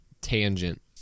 tangent